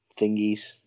thingies